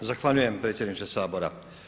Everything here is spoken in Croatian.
Zahvaljujem predsjedniče Sabora.